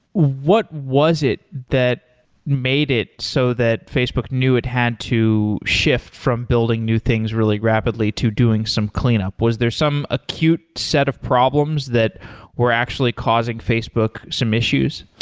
what was it that made it so that facebook knew it had to shift from building new things really rapidly to doing some cleanup? was there some acute set of problems that were actually causing facebook some issues?